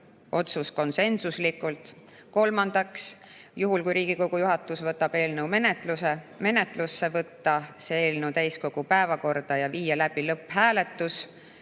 otsus konsensuslikult. Kolmandaks, juhul kui Riigikogu juhatus võtab eelnõu menetlusse, võtta see eelnõu täiskogu päevakorda ja viia läbi lõpphääletus